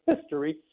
history